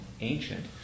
ancient